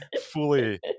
fully